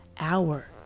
hour